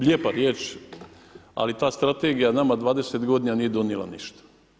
Lijepa riječ, ali ta strategija nama 20 godina nije donijela ništa.